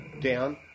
down